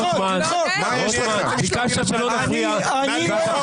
רוטמן, ביקשת שלא נפריע ואתה פשוט נדלק בשניות.